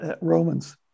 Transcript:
Romans